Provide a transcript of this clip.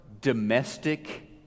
domestic